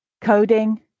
Coding